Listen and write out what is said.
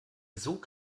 sog